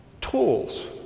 tools